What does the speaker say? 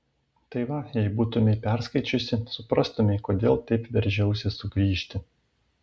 tai va jei būtumei perskaičiusi suprastumei kodėl taip veržiausi sugrįžti